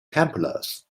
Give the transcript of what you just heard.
templars